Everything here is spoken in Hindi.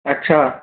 अच्छा